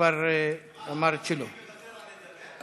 כבר אמר את שלו,